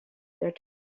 turbans